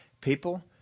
People